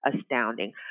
astounding